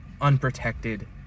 unprotected